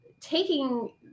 taking